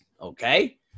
Okay